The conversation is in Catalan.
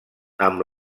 amb